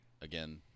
again